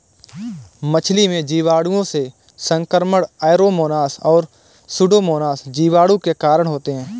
मछली में जीवाणुओं से संक्रमण ऐरोमोनास और सुडोमोनास जीवाणु के कारण होते हैं